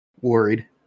worried